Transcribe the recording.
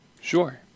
Sure